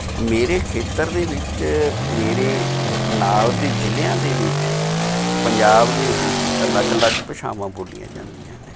ਮੇਰੇ ਖੇਤਰ ਦੇ ਵਿੱਚ ਮੇਰੇ ਨਾਲ਼ ਦੇ ਜ਼ਿਲ੍ਹਿਆਂ ਦੇ ਵਿੱਚ ਪੰਜਾਬ ਦੇ ਵਿੱਚ ਅਲੱਗ ਅਲੱਗ ਭਾਸ਼ਾਵਾਂ ਬੋਲੀਆਂ ਜਾਂਦੀਆ ਨੇ